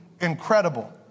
incredible